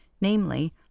namely